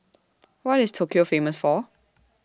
What IS Tokyo Famous For